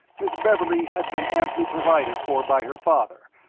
miss beverley had been amply provided for by her father,